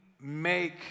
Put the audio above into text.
make